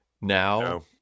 now